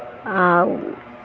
आ